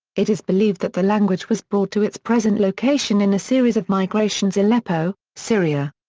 it is believed that the language was brought to its present location in a series of migrations aleppo, syria.